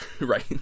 Right